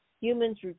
Humans